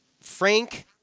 Frank